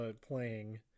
playing